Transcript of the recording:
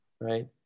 right